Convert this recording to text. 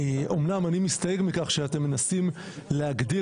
שאמנם אני מסתייג מכך שאתם מנסים להגדיר